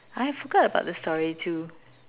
I forgot about the story too